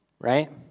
right